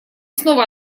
снова